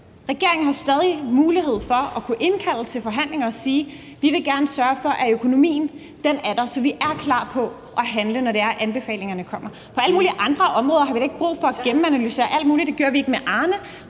Regeringen har stadig mulighed for at kunne indkalde til forhandlinger og sige, at de gerne vil sørge for, at økonomien er der, så de er klar på at handle, når det er, at anbefalingerne kommer. På alle mulige andre områder har vi da ikke brug for at gennemanalysere alt muligt. Det gjorde vi ikke med